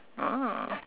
ah